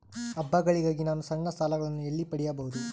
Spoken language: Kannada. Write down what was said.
ಹಬ್ಬಗಳಿಗಾಗಿ ನಾನು ಸಣ್ಣ ಸಾಲಗಳನ್ನು ಎಲ್ಲಿ ಪಡಿಬಹುದು?